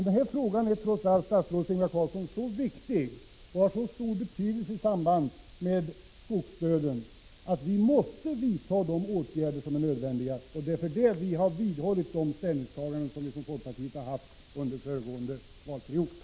Den här frågan är trots allt, statsrådet Ingvar Carlsson, så viktig och har så stor betydelse i samband med skogsdöden att vi måste vidta de åtgärder som är nödvändiga. Därför har vi vidhållit de ställningstaganden som vi från folkpartiets sida har gjort under föregående valperiod.